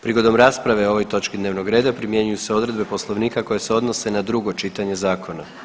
Prigodom rasprave o ovoj točki dnevnog reda primjenjuju se odredbe poslovnika koje se odnose na drugo čitanje zakona.